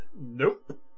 nope